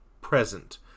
present